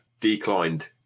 declined